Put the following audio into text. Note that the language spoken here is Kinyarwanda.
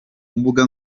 mbuga